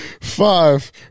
Five